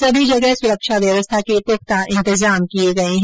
सभी जगह सुरक्षा व्यवस्था के पुख्ता इंतजाम किये गये है